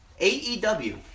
AEW